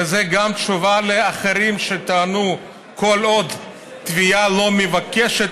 וזו גם תשובה לאחרים שטענו שכל עוד התביעה לא מבקשת,